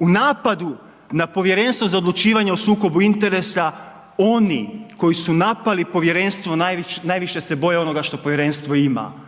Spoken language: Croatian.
U napadu na Povjerenstvo za odlučivanje o sukobu interesa oni koji napali povjerenstvo najviše se boje onoga što povjerenstvo ima,